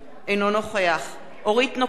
אינו נוכח אורית נוקד,